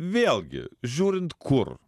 vėlgi žiūrint kur